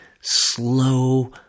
Slow